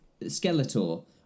Skeletor